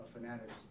Fanatics